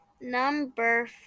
Number